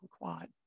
quad